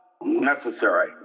necessary